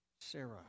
Sarah